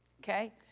Okay